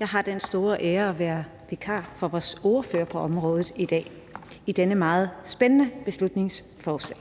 Jeg har den store ære at være vikar for vores ordfører på området i dag i forbindelse med dette meget spændende beslutningsforslag.